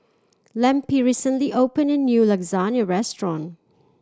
Lempi recently opened a new Lasagna Restaurant